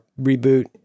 reboot